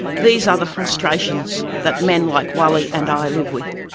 these are the frustrations that men like wali and i live with.